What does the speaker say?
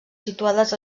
situades